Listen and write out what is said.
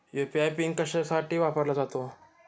UPI PIN कशासाठी वापरला जातो?